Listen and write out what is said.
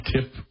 tip